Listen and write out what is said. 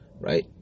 Right